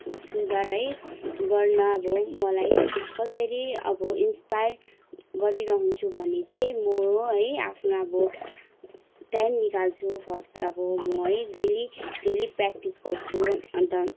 सुधार है गर्न अब मलाई कसरी अब इन्स्पायर गरिरहन्छु भने चाहिँ म है आफ्नो अब टाइम निकाल्छु फर्स्ट अब म है डेली डेली प्र्याक्टिस गर्छु अन्त